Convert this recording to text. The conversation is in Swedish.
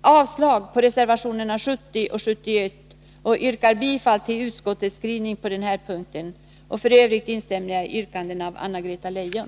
avslag på reservationerna 70 och 71 och yrkar bifall till utskottets hemställan på denna punkt. F. ö. instämmer jag i yrkandet av Anna-Greta Leijon.